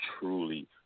truly